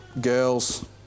girls